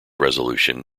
resolution